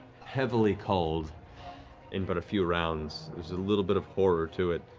heavily culled in but a few rounds. there's a little bit of horror to it.